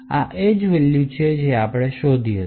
આ edge value છે જે આપણે શોધી હતી